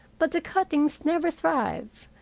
but the cuttings never thrive.